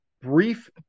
brief